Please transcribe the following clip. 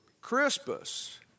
Crispus